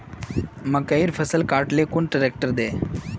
मकईर फसल काट ले कुन ट्रेक्टर दे?